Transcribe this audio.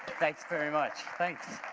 thanks very much, thanks,